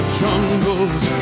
jungles